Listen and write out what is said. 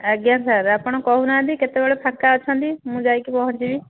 ଆଜ୍ଞା ସାର୍ ଆପଣ କହୁନାହାନ୍ତି କେତେବେଳେ ଫାଙ୍କା ଅଛନ୍ତି ମୁଁ ଯାଇକି ପହଞ୍ଚିବି